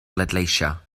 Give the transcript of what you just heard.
bleidleisio